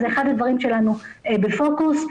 זה אחד הדברים שבפוקוס שלנו.